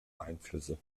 einflüsse